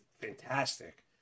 fantastic